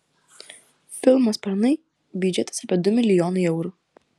filmo sparnai biudžetas apie du milijonai eurų